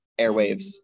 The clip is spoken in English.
airwaves